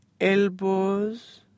elbows